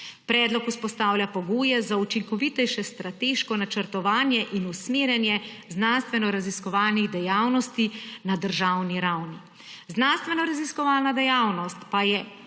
Predlog vzpostavlja pogoje za učinkovitejše strateško načrtovanje in usmerjanje znanstvenoraziskovalnih dejavnosti na državni ravni. Znanstvenoraziskovalna dejavnost pa je